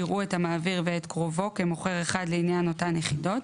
יראו את המעביר ואת קרובו כמוכר אחד לעניין אותן יחידות,